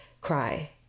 cry